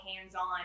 hands-on